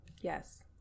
Yes